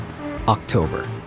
October